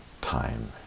Time